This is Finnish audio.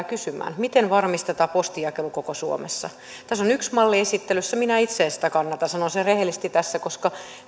kysymään miten varmistetaan postinjakelu koko suomessa tässä on yksi malli esittelyssä minä itse en sitä kannata sanon sen rehellisesti tässä koska